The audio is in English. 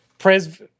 Pres